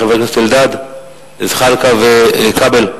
חברי הכנסת אלדד, זחאלקה וכבל?